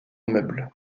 meubles